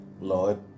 Lord